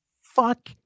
fuck